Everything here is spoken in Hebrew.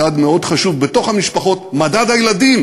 מדד מאוד חשוב בתוך המשפחות: מדד הילדים